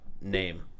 name